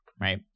right